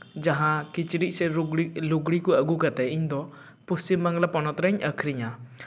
ᱡᱟᱦᱟᱸ ᱠᱤᱪᱨᱤᱡ ᱥᱮ ᱞᱩᱜᱽᱲᱤᱡ ᱠᱚ ᱟᱹᱜᱩ ᱠᱟᱛᱮᱜ ᱤᱧ ᱫᱚ ᱯᱚᱥᱪᱤᱢ ᱵᱟᱝᱞᱟ ᱯᱚᱱᱚᱛ ᱨᱤᱧ ᱟᱹᱠᱷᱨᱤᱧᱟ